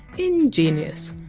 ingenious.